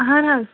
اَہَن حظ